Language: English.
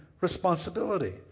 responsibility